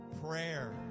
prayer